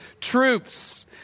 troops